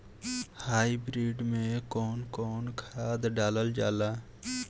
Hybrid में कउन कउन खाद डालल जाला?